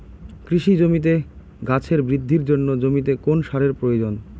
কৃষি জমিতে গাছের বৃদ্ধির জন্য জমিতে কোন সারের প্রয়োজন?